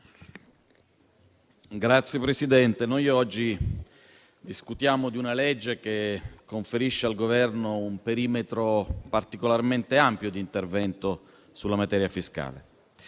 Signor Presidente, oggi discutiamo di una legge che conferisce al Governo un perimetro particolarmente ampio di intervento sulla materia fiscale.